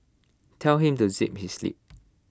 tell him to zip his lip